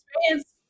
experience